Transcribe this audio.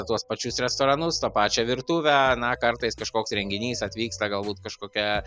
tuos pačius restoranus tą pačią virtuvę na kartais kažkoks renginys atvyksta galbūt kažkokia